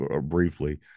briefly